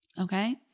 Okay